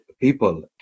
People